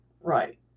right